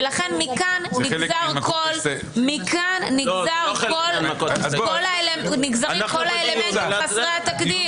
--- ולכן מכאן נגזרים כל האלמנטים חסרי התקדים,